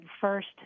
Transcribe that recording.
first